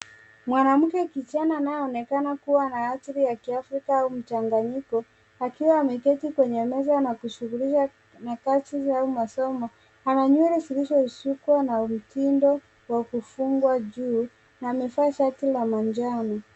Mwanamke kijana anayeonekana kuwa atiri ya kiafrika au mchanganyiko akiwa ameketi kwenye meza na kushughulisha na kazi zao au masomo. Ana nywele zilizosukwa na mindindo wa kufungwa juu na amevaa shati la manjano